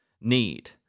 need